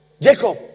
Jacob